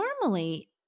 normally